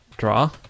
draw